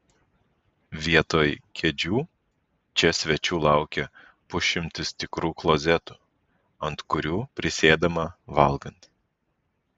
vietoj kėdžių čia svečių laukia pusšimtis tikrų klozetų ant kurių prisėdama valgant